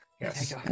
Yes